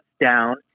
down